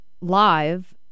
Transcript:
live